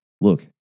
look